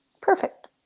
Perfect